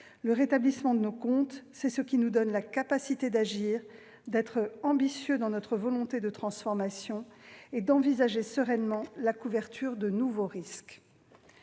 le rétablissement de nos comptes, c'est ce qui nous donne la capacité d'agir, d'être ambitieux dans notre volonté de transformation et d'envisager sereinement la couverture de nouveaux risques.